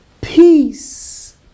peace